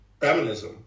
feminism